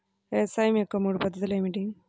వ్యవసాయం యొక్క మూడు పద్ధతులు ఏమిటి?